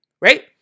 right